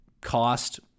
cost